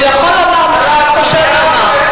הוא יכול לומר מה שהוא חושב לומר.